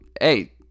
hey